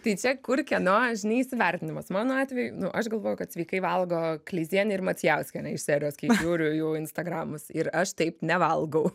tai čia kur kieno žiniai įsivertinimas mano atveju nu aš galvoju kad sveikai valgo kleizienė ir macijauskienė iš serijos kai žiūriu jų instagramus ir aš taip nevalgau